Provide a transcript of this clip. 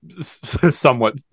somewhat